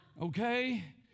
Okay